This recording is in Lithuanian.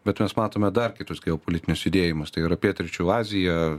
bet mes matome dar kitus geopolitinius judėjimus tai yra pietryčių azija